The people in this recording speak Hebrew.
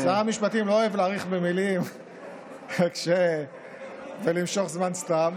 שר המשפטים לא אוהב להאריך במילים ולמשוך זמן סתם.